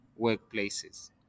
workplaces